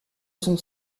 son